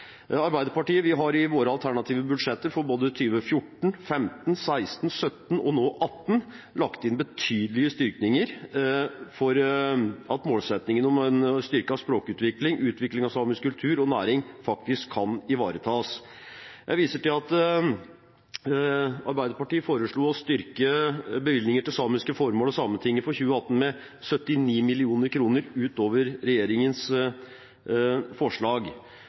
Arbeiderpartiet har betydelig styrket sine alternative budsjetter for både 2014, 2015, 2016, 2017 og nå 2018 for at målsettingen om en styrket språkutvikling og utvikling av samisk kultur og næring faktisk kan ivaretas. Jeg viser til at Arbeiderpartiet foreslo å styrke bevilgningene til samiske formål og Sametinget for 2018 med 79 mill. kr ut over regjeringens forslag.